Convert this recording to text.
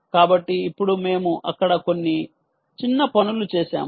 కాబట్టి ఇప్పుడు మేము అక్కడ కొన్ని చిన్న పనులు చేసాము